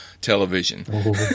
television